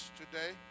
today